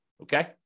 okay